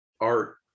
art